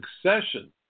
succession